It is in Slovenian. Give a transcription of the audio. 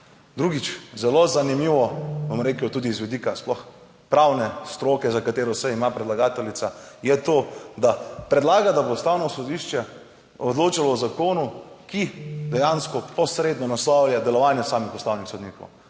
Drugič, zelo zanimivo, bom rekel, tudi z vidika sploh pravne stroke, za katero se ima predlagateljica, je to, da predlaga, da bo Ustavno sodišče odločalo o zakonu, ki dejansko posredno naslavlja delovanje samih ustavnih sodnikov.